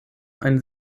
ein